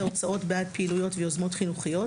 הוצאות בעד פעילויות ויוזמות חינוכיות,